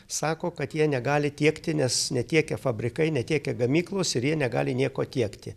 sako kad jie negali tiekti nes netiekia fabrikai netiekia gamyklos ir jie negali nieko tiekti